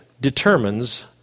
determines